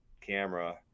camera